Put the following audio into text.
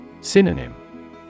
Synonym